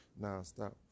nonstop